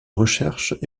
recherches